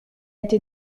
été